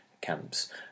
camps